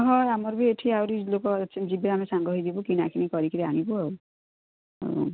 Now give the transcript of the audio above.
ହଁ ଆମର ବି ଏଠି ଆହୁରି ଲୋକ ଯିବେ ଆମେ ସାଙ୍ଗ ହେଇଯିବୁ କିଣାକିଣି କରିକି ଆଣିବୁ ଆଉ ହଉ